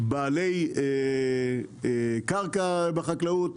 בעלי קרקע בחקלאות,